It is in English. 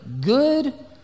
good